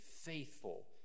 faithful